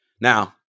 Now